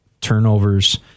turnovers